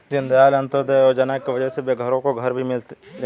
दीनदयाल अंत्योदय योजना की वजह से बेघरों को घर भी मिले हैं